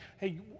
hey